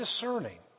discerning